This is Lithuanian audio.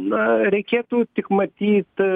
na reikėtų tik matyt